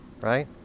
right